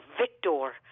victor